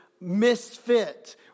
misfit